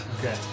Okay